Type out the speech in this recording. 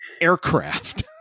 aircraft